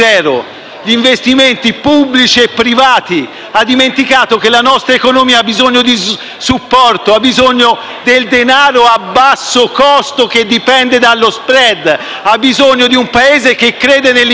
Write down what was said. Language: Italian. gli investimenti pubblici e privati; ha dimenticato che la nostra economia ha bisogno di supporto e del denaro a basso costo che dipende dallo *spread*; ha bisogno di un Paese che creda nell'impresa